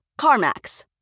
CarMax